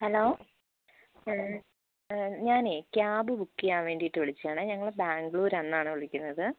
hello ഞാൻ cab book ചെയ്യാൻ വേണ്ടിയിട്ട് വിളിച്ചതാണ് ഞങ്ങൾ ബാംഗ്ലൂരിൽ നിന്നാണ് വിളിക്കുന്നത്